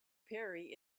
perry